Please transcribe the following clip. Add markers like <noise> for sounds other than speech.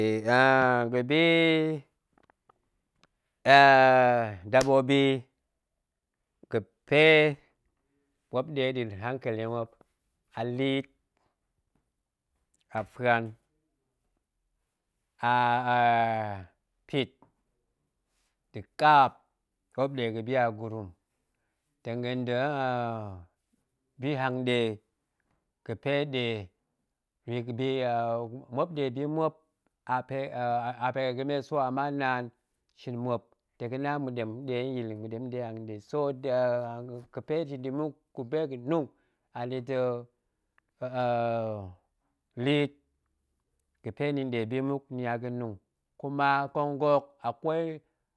<hesitation> ga̱bi dabobi yi ga̱pe muop nɗe nɗa̱a̱n hankeli muop, muop a liit, a fuan, <hesitation> a pit nda̱ kaap muop nɗe ga̱bi a gurum tong ga̱ nda̱ nnn <hesitation> bi hanga̱ɗe ga̱pe nɗe bi ga̱bi aa muop nɗe bi muop, a pe nn a pe ga̱ ga̱me ama naan shin muop tong ga̱na ma̱ɗem nɗe nyil ma̱ɗem nɗe hanga̱ɗe, so nn ga̱pe da̱ bi muk ga̱pe ga̱nung anita̱ nnn anita̱ liit ga̱pe ni nɗe bi muk ni a ga̱nung kuma nƙong ga̱hok akwei